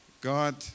God